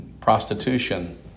prostitution